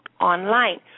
online